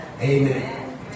Amen